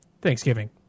Thanksgiving